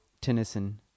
Tennyson